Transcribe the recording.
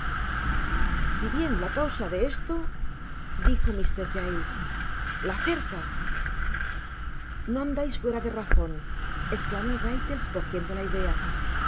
se bien la causa de esto dijo mr giles la cerca no andais fuera de razon esclamó brittles cojiendo la idea